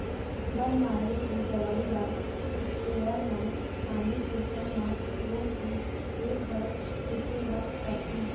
बन मारे के दवई ल इस्पेयर म पानी के संग म घोलके खेत भर छिंचे ल परथे